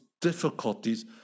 difficulties